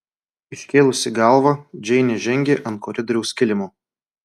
iškėlusi galvą džeinė žengė ant koridoriaus kilimo